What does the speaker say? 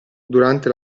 durante